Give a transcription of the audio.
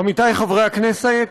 עמיתיי חברי הכנסת,